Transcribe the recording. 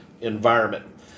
environment